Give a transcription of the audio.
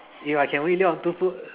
if I can really live on two food